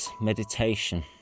meditation